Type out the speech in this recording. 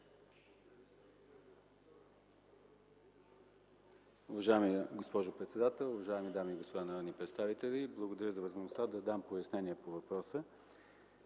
Уважаема госпожо председател, уважаеми дами и господа народни представители! Благодаря за възможността да дам пояснение по въпроса.